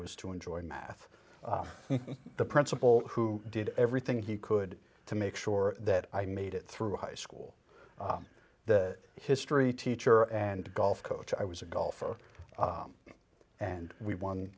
was to enjoy math the principal who did everything he could to make sure that i made it through high school the history teacher and golf coach i was a golfer and we won